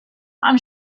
i’m